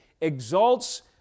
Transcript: exalts